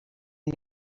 une